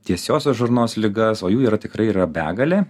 tiesiosios žarnos ligas o jų yra tikrai yra begalė